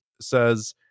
says